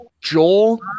Joel